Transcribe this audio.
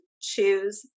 choose